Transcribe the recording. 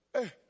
hey